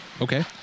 Okay